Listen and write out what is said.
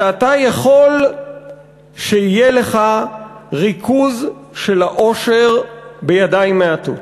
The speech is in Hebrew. שאתה יכול שיהיה לך ריכוז של העושר בידיים מעטות,